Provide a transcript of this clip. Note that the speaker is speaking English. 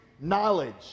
knowledge